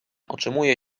otrzymuje